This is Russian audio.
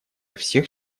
всех